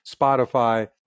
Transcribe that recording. Spotify